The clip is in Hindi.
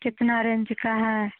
कितना रेंज का है